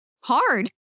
hard